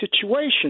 situation